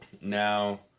now